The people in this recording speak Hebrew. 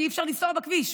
כי אי-אפשר לנסוע בכביש,